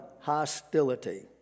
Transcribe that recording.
hostility